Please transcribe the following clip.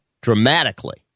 dramatically